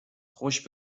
خوش